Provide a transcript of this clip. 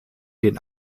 den